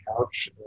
couch